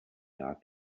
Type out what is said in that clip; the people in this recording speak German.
jahr